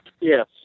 Yes